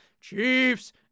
Chiefs